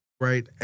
right